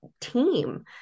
team